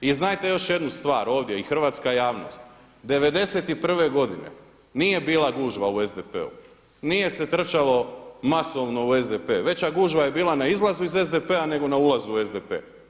I znajte još jednu stvar ovdje, i hrvatska javnost, '91. godine nije bila gužva u SDP-u, nije se trčalo masovno u SDP, veća gužva je bila na izlazu iz SDP-a nego na ulazu u SDP.